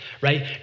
right